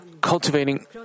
cultivating